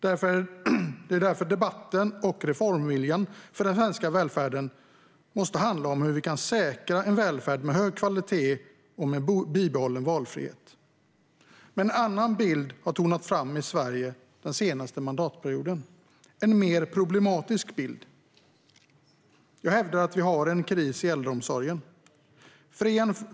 Det är därför debatten och reformviljan för den svenska välfärden måste handla om hur vi kan säkra en välfärd med hög kvalitet och bibehållen valfrihet. Men en annan bild har tonat fram i Sverige den senaste mandatperioden, en mer problematisk bild. Jag hävdar att vi har en kris i äldreomsorgen.